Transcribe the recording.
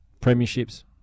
premierships